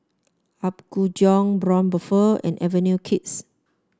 Apgujeong Braun Buffel and Avenue Kids